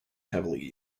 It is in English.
heavily